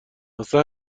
واسه